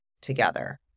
together